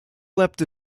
leapt